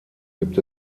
gibt